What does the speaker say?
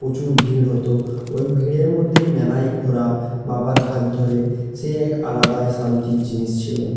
প্রচুর ভিড় হতো ওই ভিড়ের মধ্যে মেলায় ঘোরা বাবার হাত ধরে সেই এক আলাদাই শান্তির জিনিস ছিলো